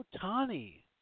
Tani